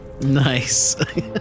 Nice